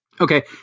Okay